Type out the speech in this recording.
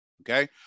okay